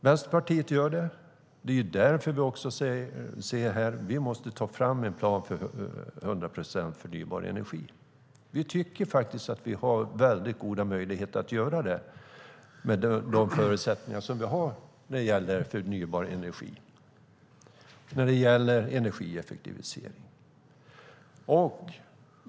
Vänsterpartiet tar detta på allvar. Det är därför vi säger att vi måste ta fram en plan för 100 procent förnybar energi. Vi tycker att vi har goda möjligheter att göra det med de förutsättningar som vi har när det gäller förnybar energi och när det gäller energieffektivisering.